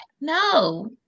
no